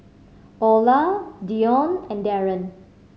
Olar Dione and Darren